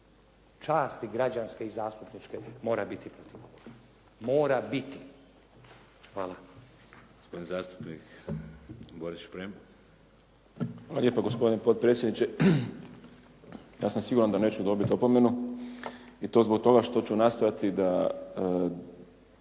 časti građanske i zastupničke mora biti protiv ovoga. Mora biti. Hvala. **Šeks, Vladimir (HDZ)** Gospodin zastupnik Boris Šprem. **Šprem, Boris (SDP)** Hvala lijepa gospodine potpredsjedniče. Ja sam siguran da neću dobiti opomenu i to zbog toga što ću nastojati da